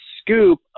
scoop